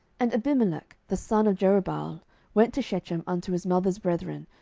and abimelech the son of jerubbaal went to shechem unto his mother's brethren,